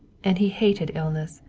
and he hated illness.